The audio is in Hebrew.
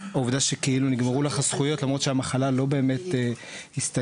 העובדה שנגמרו לך הזכויות למרות שהמחלה לא באמת הסתיימה,